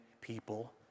people